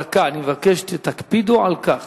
דקה, אני מבקש, תקפידו על כך.